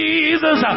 Jesus